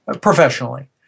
professionally